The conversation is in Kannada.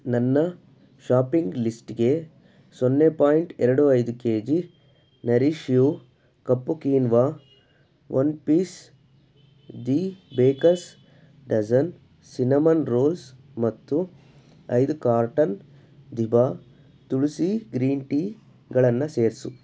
ನನ್ನ ಶಾಪಿಂಗ್ ಲಿಸ್ಟ್ಗೆ ಸೊನ್ನೆ ಪಾಯಿಂಟ್ ಎರಡು ಐದು ಕೆ ಜಿ ನರೀಷ್ ಯು ಕಪ್ಪು quinoa one piece the baker's dozen cinnamon rolls ಮತ್ತು ಐದು ಕಾರ್ಟನ್ ದಿಬಾ ತುಳಸಿ ಗ್ರೀನ್ ಟೀಗಳನ್ನು ಸೇರಿಸು